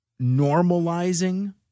normalizing